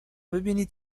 ببینید